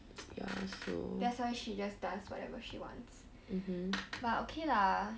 that's why she just does whatever she wants but okay lah